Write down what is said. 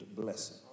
blessing